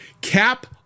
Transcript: Cap